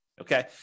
Okay